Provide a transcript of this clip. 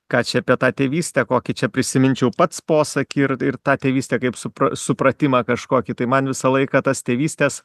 ką čia apie tą tėvystę kokį čia prisiminčiau pats posakį ir ir tą tėvystę kaip supra supratimą kažkokį tai man visą laiką tas tėvystės